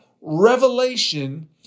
revelation